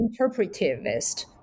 interpretivist